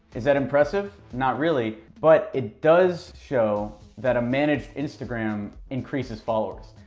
is that impressive? not really, but it does show that a managed instagram increases followers,